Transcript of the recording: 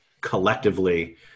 collectively